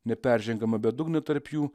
neperžengiama bedugnė tarp jų